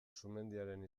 sumendiaren